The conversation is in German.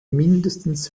mindestens